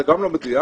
זה גם לא מדויק,